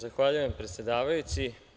Zahvaljujem predsedavajući.